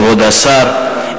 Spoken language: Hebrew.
כבוד השר,